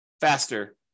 faster